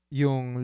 yung